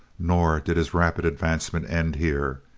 nor did his rapid advancement end here.